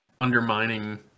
undermining